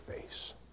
face